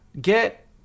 get